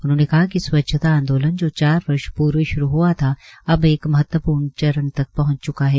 उन्होंने कहा कि स्वचछता आंदोलन जो चार वर्ष पूर्व श्रू ह्आ था अब एक महत्वपूर्ण चरण तक पहृंच च्का है